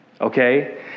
okay